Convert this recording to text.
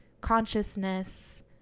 consciousness